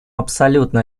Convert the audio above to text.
абсолютно